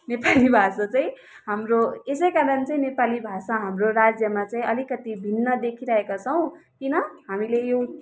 नेपाली भाषा चाहिँ हाम्रो यसैकारण चाहिँ नेपाली भाषा हाम्रो राज्यमा चाहिँ अलिकति भिन्न देखिरहेका छौँ किन हामीले यो